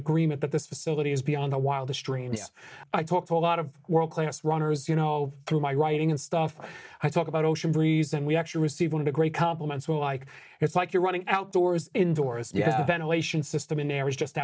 agreement that this facility is beyond the wildest dreams i talked to a lot of world class runners you know through my writing and stuff i talk about ocean breeze and we actually receive one of the great compliments we're like it's like you're running outdoors indoors yeah ventilation system in air is just